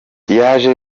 yaje